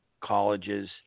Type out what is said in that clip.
colleges